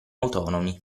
autonomi